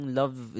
love